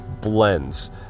blends